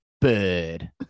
bird